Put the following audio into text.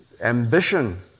ambition